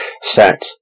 set